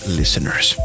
listeners